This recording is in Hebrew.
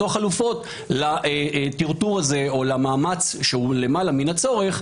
חלופות לטרטור הזה או למאמץ שהוא למעלה מהצורך,